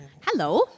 Hello